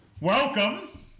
Welcome